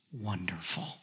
wonderful